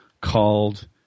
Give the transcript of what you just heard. called